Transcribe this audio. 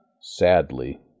sadly